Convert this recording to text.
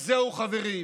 אז זהו, חברים,